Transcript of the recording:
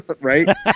Right